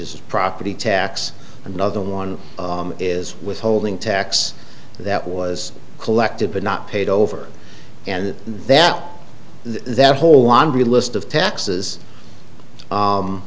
is property tax and another one is withholding tax that was collected but not paid over and that that whole laundry list of taxes